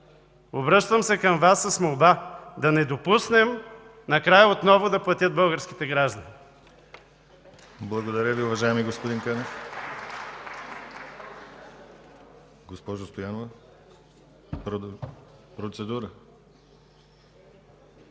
Обръщам се към Вас с молба да не допуснем накрая отново да платят българските граждани.